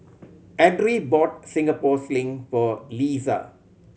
Edrie bought Singapore Sling for Leesa